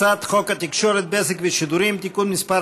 הצעת חוק התקשורת (בזק ושידורים) (תיקון מס'